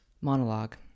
monologue